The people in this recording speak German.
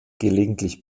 gelegentlich